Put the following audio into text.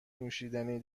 نوشیدنی